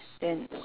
then err